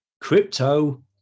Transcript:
Crypto